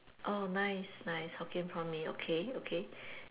oh nice nice hokkien prawn mee okay okay